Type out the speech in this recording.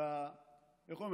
ואיך אומרים,